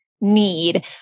need